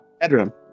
Bedroom